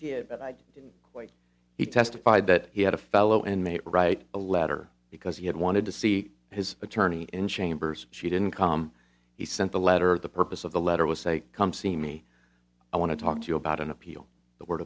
did but i didn't quite he testified that he had a fellow inmate write a letter because he had wanted to see his attorney in chambers she didn't come he sent a letter the purpose of the letter was say come see me i want to talk to you about an appeal the word